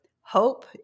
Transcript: hope